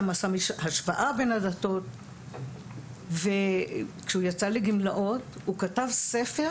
גם עשה השוואה בין הדתות וכשהוא יצא לגמלאות הוא כתב ספר,